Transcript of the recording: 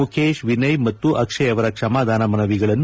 ಮುಖೇಶ್ ವಿನಯ್ ಮತ್ತು ಅಕ್ಷಯ್ ಅವರ ಕ್ಷಮಾದಾನ ಮನವಿಗಳನ್ನು